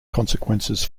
consequences